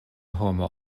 homo